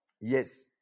Yes